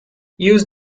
use